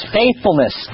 faithfulness